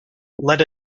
let